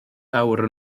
awr